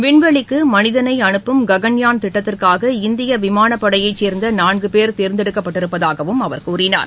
விண்வெளிக்கு மனிதனை அனுப்பும் ககன்யான் திட்டத்திற்காக இந்திய விமானப்படையைச் சேர்ந்த நான்கு பேர் தேர்ந்தெடுக்கப்பட்டிருப்பதாகவும் அவர் கூறினார்